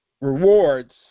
Rewards